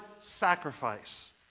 sacrifice